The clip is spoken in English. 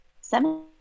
seven